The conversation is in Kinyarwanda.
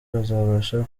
bazabasha